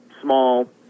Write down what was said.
small